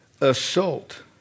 assault